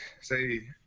say